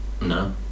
no